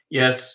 yes